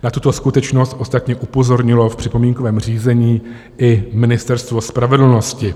Na tuto skutečnost ostatně upozornilo v připomínkovém řízení i Ministerstvo spravedlnosti.